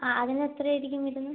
അതിന് എത്ര ആയിരിക്കും വരുന്നത്